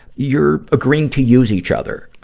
you're agreeing to use each other, ah,